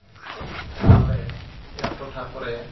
ᱟᱞᱮᱭᱟᱜ ᱴᱚᱴᱷᱟ ᱠᱚᱨᱮ